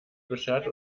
beschert